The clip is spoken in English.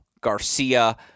Garcia